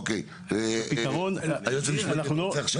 אוקיי, היועץ המשפטי, אתה רוצה עכשיו?